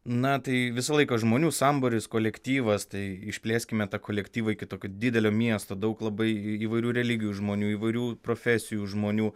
na tai visą laiką žmonių sambūris kolektyvas tai išplėskime tą kolektyvą iki tokio didelio miesto daug labai įvairių religijų žmonių įvairių profesijų žmonių